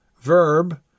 verb